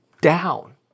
down